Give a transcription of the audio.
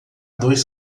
dois